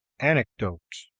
anecdote.